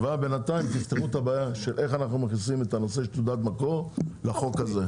בינתיים תראו איך אנחנו מכניסים את הנושא של תעודת מקור לחוק הזה.